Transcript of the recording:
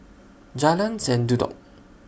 Jalan Sendudok